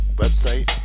website